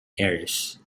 heiress